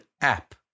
app